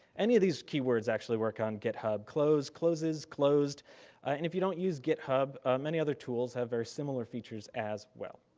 any of these keywords actually work on github. close, closes, closed, and if you don't use github many other tools have very similar features as well.